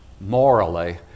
morally